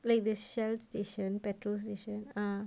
like the shell station petrol station ah